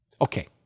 Okay